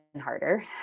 harder